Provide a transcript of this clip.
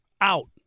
out